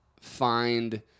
find